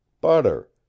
butter